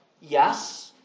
yes